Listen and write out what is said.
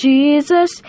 Jesus